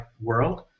world